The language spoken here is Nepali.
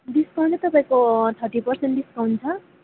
डिस्काउन्टै तपाईँको थर्टी पर्सेन्ट डिस्काउन्ट छ